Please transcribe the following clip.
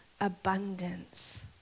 abundance